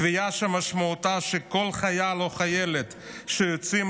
תביעה שמשמעותה שכל חייל או חיילת שיוצאים